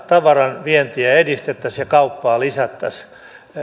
tavaranvientiä edistettäisiin ja kauppaa lisättäisiin